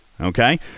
Okay